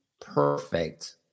Perfect